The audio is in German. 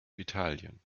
italien